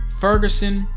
Ferguson